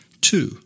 Two